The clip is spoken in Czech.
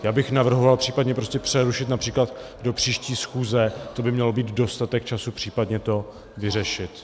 Já bych navrhoval případně prostě přerušit například do příští schůze, to by měl být dostatek času případně to vyřešit.